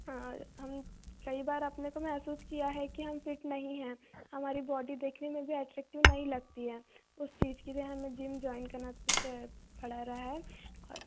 हाँ हम कई बार अपने को महसूस किया है कि हम फिट नहीं हैं हमारी बॉडी देखने में भी अट्रैक्टिव नहीं लगती है उस चीज के लिए हमें जिम जॉइन करना पड़ता पड़ रहा है और